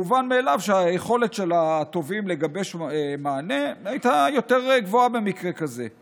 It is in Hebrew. מובן מאליו שהיכולת של התובעים לגבש מענה הייתה יותר גבוהה במקרה כזה.